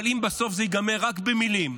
אבל בסוף זה ייגמר רק במילים,